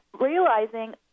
realizing